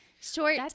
Short